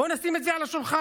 בואו נשים את זה על השולחן.